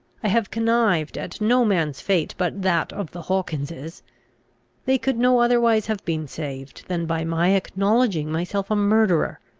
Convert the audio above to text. i have connived at no man's fate but that of the hawkinses they could no otherwise have been saved, than by my acknowledging myself a murderer.